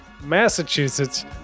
Massachusetts